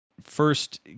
first